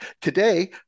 Today